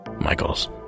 Michael's